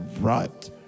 right